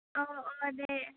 अ औ दे